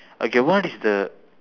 okay what is the